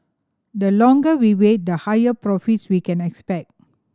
the longer we wait the higher profits we can expect